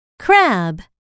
crab